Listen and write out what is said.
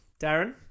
Darren